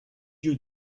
you